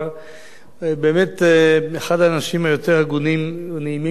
הוא היה באמת אחד האנשים היותר הגונים ונעימים שהכנסת ידעה.